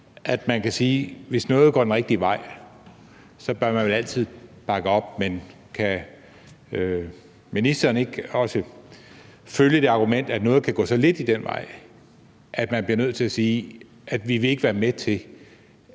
at man kan sige, at hvis noget går den rigtige vej, bør man altid bakke op, men kan ministeren ikke også følge det argument, at noget kan gå så lidt i den rigtige retning, at man bliver nødt til at sige, at man ikke vil være med til